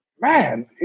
man